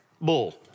Bull